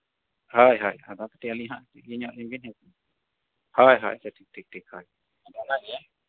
ᱦᱳᱭ ᱦᱳᱭ ᱟᱫᱚ ᱠᱟᱹᱴᱤᱡ ᱟᱹᱞᱤᱧ ᱦᱟᱸᱜ ᱤᱭᱟᱹ ᱧᱚᱜ ᱞᱤᱧᱟ ᱢᱮᱱᱫᱟ ᱦᱳᱭ ᱦᱳᱭ ᱟᱪᱪᱷᱟ ᱴᱷᱤᱠᱼᱴᱷᱤᱠ ᱦᱳᱭ ᱜᱟᱱᱚᱜ ᱜᱮᱭᱟ